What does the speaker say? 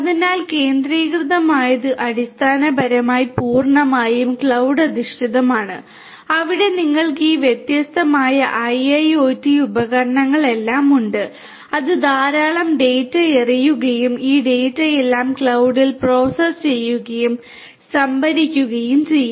അതിനാൽ കേന്ദ്രീകൃതമായത് അടിസ്ഥാനപരമായി പൂർണ്ണമായും ക്ലൌഡ് അധിഷ്ഠിതമാണ് അവിടെ നിങ്ങൾക്ക് ഈ വ്യത്യസ്തമായ IIoT ഉപകരണങ്ങളെല്ലാം ഉണ്ട് അത് ധാരാളം ഡാറ്റ എറിയുകയും ഈ ഡാറ്റയെല്ലാം ക്ലൌഡിൽ പ്രോസസ്സ് ചെയ്യുകയും സംഭരിക്കുകയും ചെയ്യും